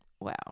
Wow